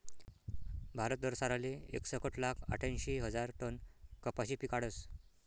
भारत दरसालले एकसट लाख आठ्यांशी हजार टन कपाशी पिकाडस